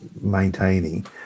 maintaining